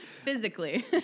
physically